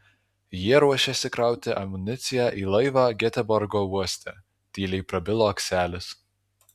jie ruošėsi krauti amuniciją į laivą geteborgo uoste tyliai prabilo akselis